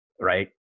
right